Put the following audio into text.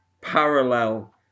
parallel